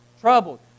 Troubled